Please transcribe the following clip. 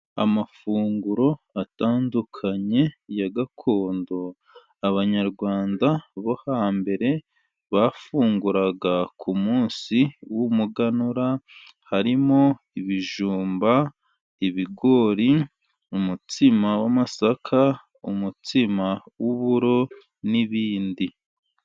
Amafunguro atandukanye ya gakondo, abanyarwanda bo hambere bafunguraga, ku munsi w'umuganura harimo ibijumba, ibigori, umutsima w'amasaka, umutsima w'uburo ni ibindi.